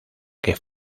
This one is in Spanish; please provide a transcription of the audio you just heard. que